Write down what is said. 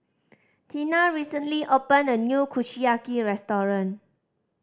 Tina recently opened a new Kushiyaki restaurant